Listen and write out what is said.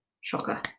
Shocker